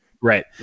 Right